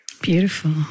Beautiful